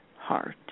heart